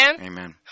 Amen